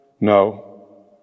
No